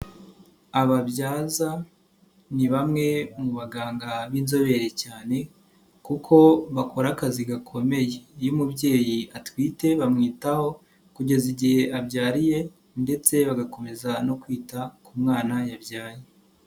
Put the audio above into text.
Ababyaza ni bamwe mu baganga b'inzobere cyane kuko bakora akazi gakomeye, iyo umubyeyi atwite bamwitaho kugeza igihe abyariye ndetse bagakomeza no kwita ku mwana yabyaye.